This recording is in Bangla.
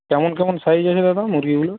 কেমন কেমন সাইজ আছে দাদা মুরগিগুলোর